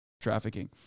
trafficking